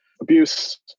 abuse